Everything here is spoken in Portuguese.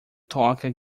toca